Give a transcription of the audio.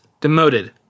demoted